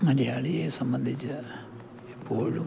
മലയാളിയെ സംബന്ധിച്ച് എപ്പോഴും